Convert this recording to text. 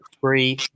free